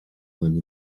one